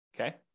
Okay